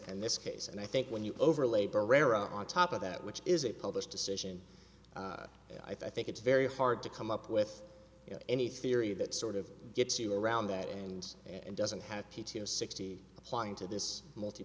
and this case and i think when you over labor rare on top of that which is a published decision i think it's very hard to come up with any theory that sort of gets you around that and it doesn't have p t o sixty applying to this multi